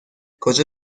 کجا